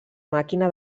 màquina